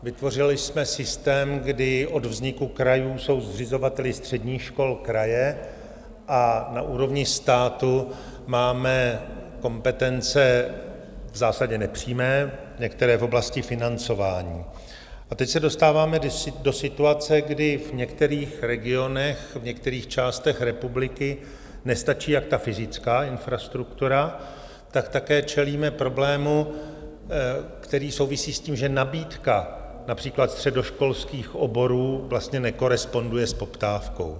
Vytvořili jsme systém, kdy od vzniku krajů jsou zřizovateli středních škol kraje a na úrovni státu máme kompetence v zásadě nepřímé, některé v oblasti financování, a teď se dostáváme do situace, kdy v některých regionech, v některých částech republiky nestačí jak fyzická infrastruktura, tak také čelíme problému, který souvisí s tím, že nabídka například středoškolských oborů vlastně nekoresponduje s poptávkou.